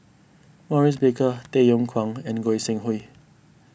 Maurice Baker Tay Yong Kwang and Goi Seng Hui